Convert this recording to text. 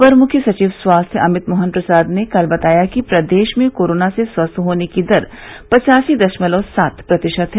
अपर मूख्य सचिव स्वास्थ्य अमित मोहन प्रसाद ने कल बताया कि प्रदेश में कोरोना से स्वस्थ होने की दर पचासी दशमलव सात प्रतिशत है